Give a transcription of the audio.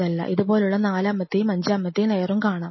ഇതുപോലുള്ള നാലാമത്തെയും അഞ്ചാമത്തെയും ലയറും കാണാം